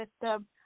system